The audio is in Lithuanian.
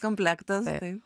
komplektas taip